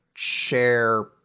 share